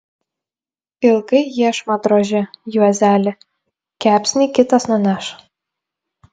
ilgai iešmą droži juozeli kepsnį kitas nuneš